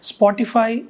Spotify